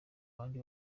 abandi